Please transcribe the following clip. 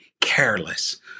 careless